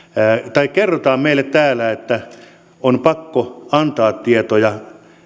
tai kerrotaan meille täällä että on pakko antaa tietoja